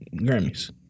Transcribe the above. Grammys